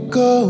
go